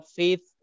faith